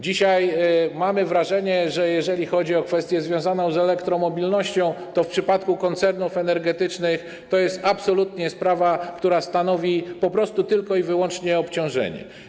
Dzisiaj mamy wrażenie, że jeżeli chodzi o kwestie związane z elektromobilnością, to w przypadku koncernów energetycznych jest to sprawa, która stanowi po prostu tylko i wyłącznie obciążenie.